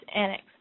annex